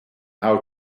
how